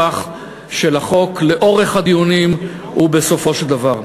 של החוק לאורך הדיונים ובסופו של דבר.